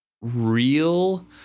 real